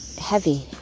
heavy